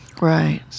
Right